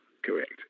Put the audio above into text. correct